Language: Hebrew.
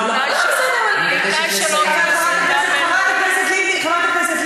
בתנאי שלא תהיה ועידה בין-לאומית.